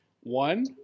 One